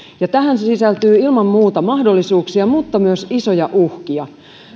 tähän sisältyy ilman muuta mahdollisuuksia mutta myös isoja uhkia